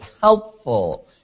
helpful